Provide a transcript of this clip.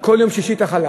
כל יום שישי את החלה